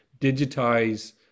digitize